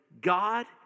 god